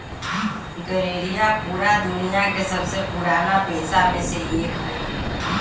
गरेड़िया पूरा दुनिया के सबसे पुराना पेशा में से एक हई